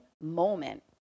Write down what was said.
moment